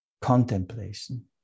contemplation